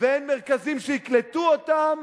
ואין מרכזים שיקלטו אותם,